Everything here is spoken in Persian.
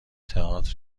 تئاتر